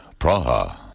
Praha